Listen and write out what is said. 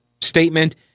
statement